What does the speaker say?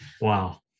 Wow